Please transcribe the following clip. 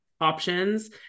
options